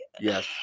Yes